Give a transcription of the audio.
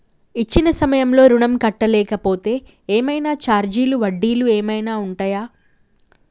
ఇచ్చిన సమయంలో ఋణం కట్టలేకపోతే ఏమైనా ఛార్జీలు వడ్డీలు ఏమైనా ఉంటయా?